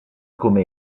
come